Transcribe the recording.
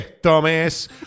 dumbass